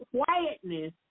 quietness